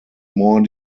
more